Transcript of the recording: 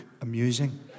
amusing